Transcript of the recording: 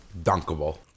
dunkable